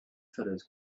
fellows